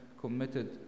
committed